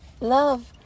Love